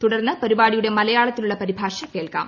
തുടർന്ന് പരിപാടിയുടെ മലയാളത്തിലുള്ള പരിഭാഷ കേൾക്കാം